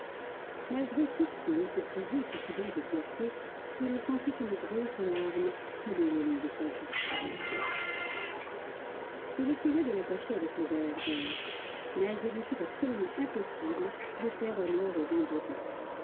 malgré toute son hypocrisie si souvent exercée il sentit une grosse larme couler le long de sa joue il essaya de la cacher avec le verre vert mais il lui fut absolument impossible de faire honneur